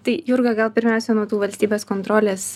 tai jurga gal pirmiausia nuo tų valstybės kontrolės